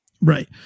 right